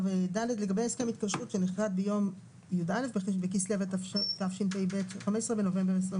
(ד) לגבי הסכם התקשרות שנכרת ביום י"א בכסלו התשפ"ב (15 בנובמבר 2021)